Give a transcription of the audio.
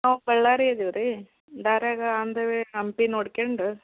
ನಾವು ಬಳ್ಳಾರಿ ಅದೀವಿ ರೀ ದಾರಿಯಾಗ ಆನ್ ದ ವೇ ಹಂಪಿ ನೋಡ್ಕ್ಯಂಡು